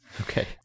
Okay